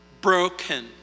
broken